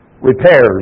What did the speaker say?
repairs